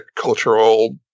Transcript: cultural